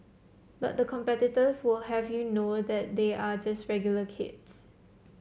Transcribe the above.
but the competitors will have you know that they are just regular kids